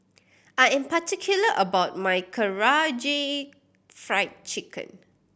I am particular about my Karaage Fried Chicken